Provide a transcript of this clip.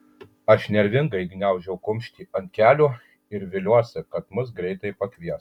aš nervingai gniaužau kumštį ant kelių ir viliuosi kad mus greitai pakvies